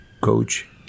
coach